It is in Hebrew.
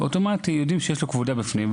אוטומטית יודעים שיש לו כבודה בפנים,